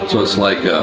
so it's like